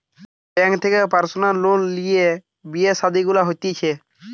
bank থেকে personal loan লিয়ে বিয়ে শাদী গুলা হতিছে